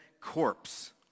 corpse